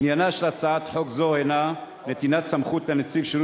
עניינה של הצעת חוק זו הוא נתינת סמכות לנציב שירות